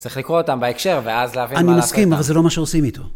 צריך לקרוא אותם בהקשר, ואז להבין מה לעשות איתם. אני מסכים, אבל זה לא מה שעושים איתו.